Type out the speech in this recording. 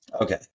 Okay